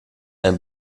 ein